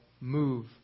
move